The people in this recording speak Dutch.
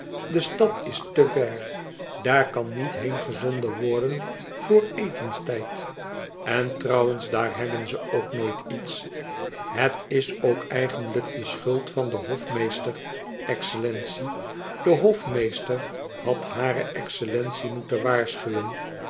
de stad is te ver daar kan niet heen gezonden worden vr etenstijd en trouwens daar hebben ze ook nooit iets het is ook eigenlijk de schuld van den hofmeester excellentie de hofmeester had hare excellentie moeten waarschuwen